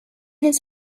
his